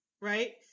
right